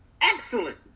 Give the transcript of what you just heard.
excellent